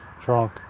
drunk